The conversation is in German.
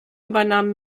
übernahm